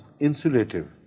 insulative